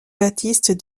baptiste